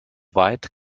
weit